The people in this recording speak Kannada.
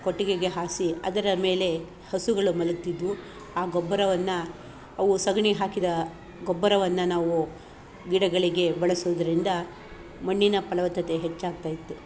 ಕೊಟ್ಟಿಗೆಗೆ ಹಾಸಿ ಅದರ ಮೇಲೆ ಹಸುಗಳು ಮಲಗ್ತಿದ್ವು ಆ ಗೊಬ್ಬರವನ್ನು ಅವು ಸಗಣಿ ಹಾಕಿದ ಗೊಬ್ಬರವನ್ನು ನಾವು ಗಿಡಗಳಿಗೆ ಬಳಸೋದ್ರಿಂದ ಮಣ್ಣಿನ ಫಲವತ್ತತೆ ಹೆಚ್ಚಾಗ್ತಾಯಿತ್ತು